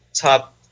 top